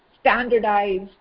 standardized